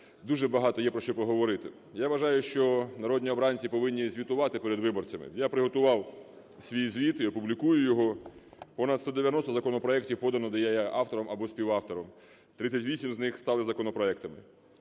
дуже багато є про що поговорити. Я вважаю, що народні обранці повинні звітувати перед виборцями. Я приготував свій звіт і опублікую його. Понад 190 законопроектів подано, де я є автором або співавтором, 38 з них стали законопроектами.